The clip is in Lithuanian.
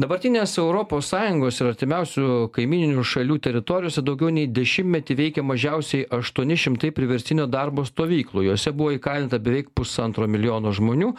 dabartinės europos sąjungos ir artimiausių kaimyninių šalių teritorijose daugiau nei dešimtmetį veikia mažiausiai aštuoni šimtai priverstinio darbo stovyklų jose buvo įkalinta beveik pusantro milijono žmonių